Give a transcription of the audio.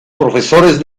profesores